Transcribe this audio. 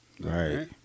right